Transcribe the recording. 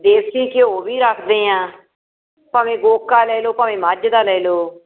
ਦੇਸੀ ਘਿਓ ਵੀ ਰੱਖਦੇ ਹਾਂ ਭਾਵੇ ਗੋਕਾ ਲੈ ਲਓ ਭਾਵੇਂ ਮੱਝ ਦਾ ਲੈ ਲਓ